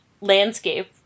landscape